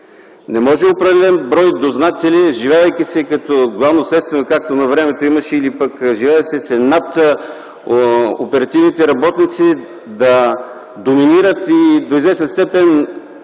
Не може определен брой дознатели, вживявайки се като Главно следствено, както навремето имаше, или пък вживяващи се над оперативните работници, да доминират и до известна степен,